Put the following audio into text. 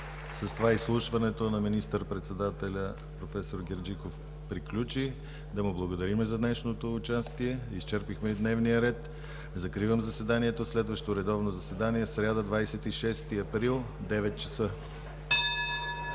С това изслушването на министър-председателя професор Герджиков приключи. Да му благодарим за днешното участие. Изчерпихме и дневния ред. Следващо редовно заседание – в сряда, 26 април 2017